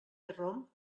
rom